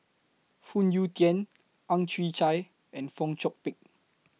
Phoon Yew Tien Ang Chwee Chai and Fong Chong Pik